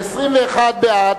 21 בעד,